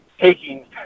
taking